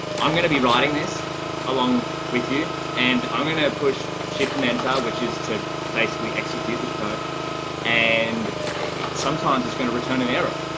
i'm going to be writing this along with you. and i'm going to push shifting into which is to basically execute the code and sometimes it's going to return an error.